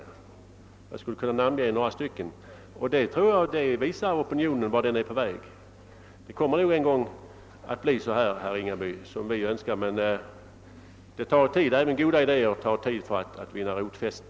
Jag skulle kunna namnge några stycken. Detta visar vart opinionen är på väg. Det kommer en gång, herr Ringaby, att bli så som vi önskar. Men även goda idéer behöver tid för att vinna rotfäste.